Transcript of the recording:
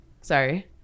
Sorry